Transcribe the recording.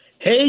Hey